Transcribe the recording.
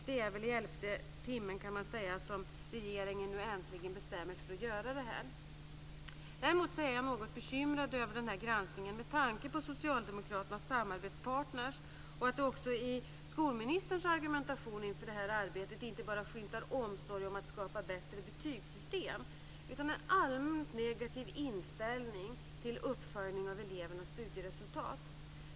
Det är i elfte timmen som regeringen äntligen bestämmer sig för att genomföra detta. Däremot är jag något bekymrad över denna granskning med tanke på socialdemokraternas samarbetspartner och med tanke på att det i skolministerns argumentation inför det här arbetet inte bara skymtar omsorg om ett bättre betygssystem. Det finns också en allmänt negativ inställning till uppföljning av elevernas studieresultat.